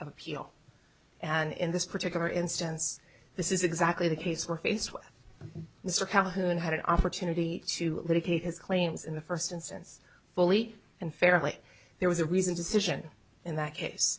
of appeal and in this particular instance this is exactly the case we're faced with mr calhoun had an opportunity to litigate his claims in the first instance fully and fairly there was a reason decision in that case